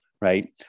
right